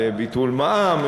לביטול מע"מ.